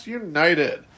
united